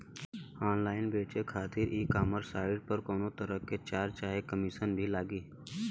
Online बेचे खातिर e commerce site पर कौनोतरह के चार्ज चाहे कमीशन भी लागी?